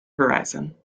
horizon